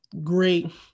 great